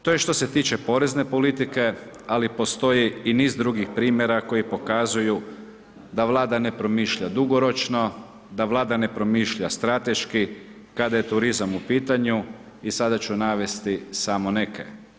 To je što se tiče porezne politike ali postoji i niz drugih primjera koji pokazuju da Vlada ne promišlja dugoročno, da Vlada ne promišlja strateški kada je turizam u pitanju i sada ću navesti samo neke.